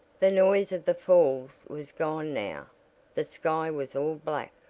the noise of the falls was gone now the sky was all black.